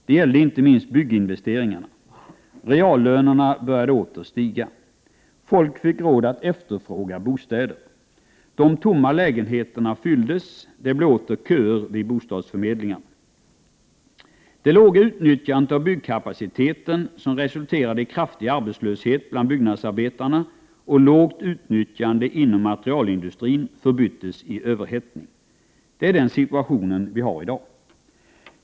Det gällde inte minst bygginvesteringarna. Reallönerna började åter stiga. Folk fick råd att efterfråga bostäder. De tomma lägenheterna fylldes, och det blev åter köer vid bostadsförmedlingarna. Det låga utnyttjandet av byggkapaciteten som resulterade i kraftig arbetslöshet bland byggnadsarbetarna och lågt utnyttjande inom materielindustrin förbyttes i överhettning. Det är den situationen vi har i dag.